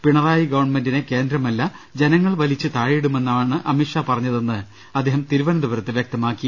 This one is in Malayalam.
പിണറായി ഗവൺമെന്റിനെ കേന്ദ്രമല്ല ജനങ്ങൾ വലിച്ചുതാഴെയിടുമെന്നാണ് അമിത് ഷാ പറഞ്ഞതെന്ന് അദ്ദേഹം തിരുവനന്തപുരത്ത് വ്യക്തമാക്കി